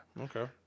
Okay